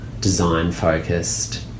design-focused